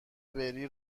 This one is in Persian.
بری